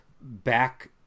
back